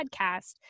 podcast